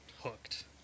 hooked